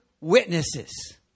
witnesses